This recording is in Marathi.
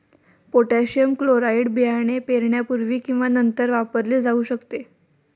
पोटॅशियम क्लोराईड बियाणे पेरण्यापूर्वी किंवा नंतर वापरले जाऊ शकते